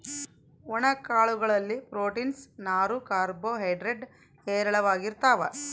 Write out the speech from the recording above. ಒಣ ಕಾಳು ಗಳಲ್ಲಿ ಪ್ರೋಟೀನ್ಸ್, ನಾರು, ಕಾರ್ಬೋ ಹೈಡ್ರೇಡ್ ಹೇರಳವಾಗಿರ್ತಾವ